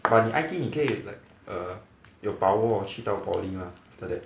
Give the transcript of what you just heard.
but 你 I_T_E 你可以 like err 有把握去到 poly mah after that